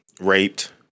raped